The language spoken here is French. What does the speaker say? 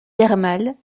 thermales